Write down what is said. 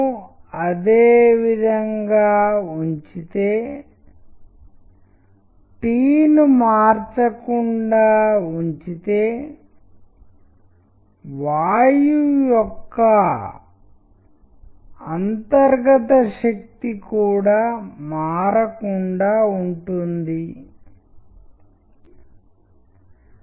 ఇక్కడ చివరిగా ఒక ఉదాహరణ కాబట్టి మీరు ఈ సందర్భాలలో ప్రతిదానిని సాధారణ టెక్స్ట్తో పోల్చినట్లయితే అర్థం చాలా భిన్నంగా ఉంటుంది మరియు మీరు వేర్వేరు పాయింట్ల వద్ద విభిన్న విషయాలను తెలియజేయగలిగే పనులను చేయగలరు